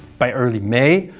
by early may,